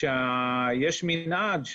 ויש מנעד,